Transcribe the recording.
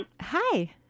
Hi